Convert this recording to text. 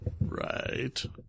Right